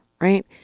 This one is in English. Right